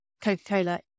Coca-Cola